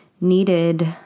needed